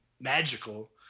magical